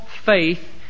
faith